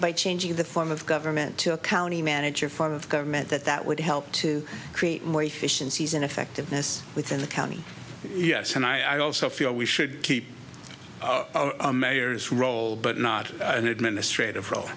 by changing the form of government to a county manager form of government that that would help to create more efficiencies and effectiveness within the county yes and i also feel we should keep this role but not an administrative